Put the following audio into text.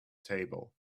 table